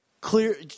clear